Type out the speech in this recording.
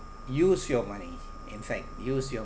use your money in fact use your